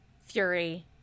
Fury